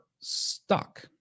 stuck